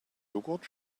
jogurt